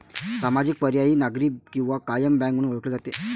सामाजिक, पर्यायी, नागरी किंवा कायम बँक म्हणून ओळखले जाते